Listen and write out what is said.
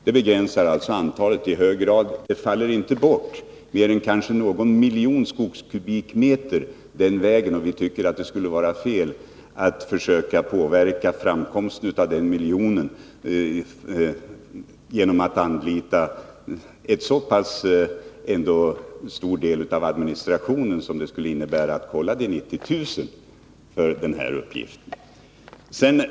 Det begränsar alltså antalet i hög grad. Det faller inte bort mer än kanske någon miljon skogskubikmeter den vägen. Vi tycker att det skulle vara fel att försöka påverka framtagandet av den miljonen genom att anlita en så pass stor del av administrationen som det skulle innebära att kolla de 90 000 för att få fram denna virkesmängd.